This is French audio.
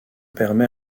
permet